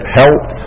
health